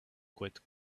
quite